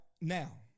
now